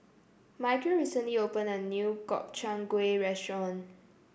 Michale recently opened a new Gobchang Gui Restaurant